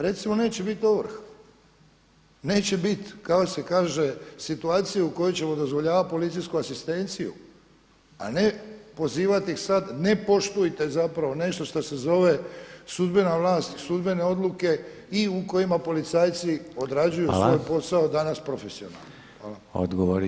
Recimo: Neće biti ovrha, neće biti kako se kaže situacija u kojoj ćemo dozvoljavati policijsku asistenciju, a ne pozivati ih sad: Ne poštujte, zapravo nešto što se zove sudbena vlast i sudbene odluke i u kojima policajci odrađuju svoj posao danas profesionalno.